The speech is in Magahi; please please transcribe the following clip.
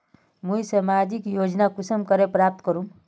मुई सामाजिक योजना कुंसम करे प्राप्त करूम?